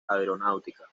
aeronáutica